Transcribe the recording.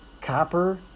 copper